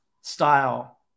style